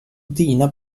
dina